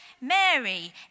Mary